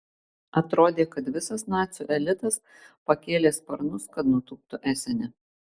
atrodė kad visas nacių elitas pakėlė sparnus kad nutūptų esene